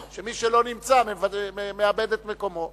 שמי שלא נמצא מאבד את מקומו,